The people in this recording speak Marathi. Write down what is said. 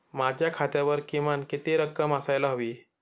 माझ्या खात्यावर किमान किती रक्कम असायला हवी?